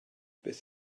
beth